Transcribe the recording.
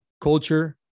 culture